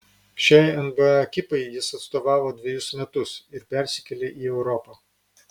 šiai nba ekipai jis atstovavo dvejus metus ir persikėlė į europą